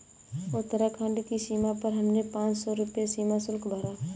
उत्तराखंड की सीमा पर हमने पांच सौ रुपए सीमा शुल्क भरा